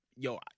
Yo